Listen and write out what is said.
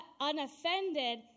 unoffended